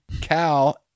Cal